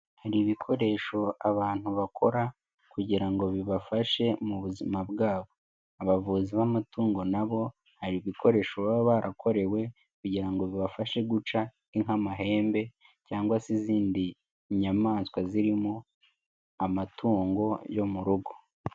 Hari ibikoresho abantu bakora kugira ngo bibafashe mu buzima bwabo, abavuzi b'amatungo nabo, hari ibikoresho baba barakorewe kugira ngo bibafashe guca inka amahembe cyangwa se izindi nyamaswa zirimo amatungo yo mu rugo.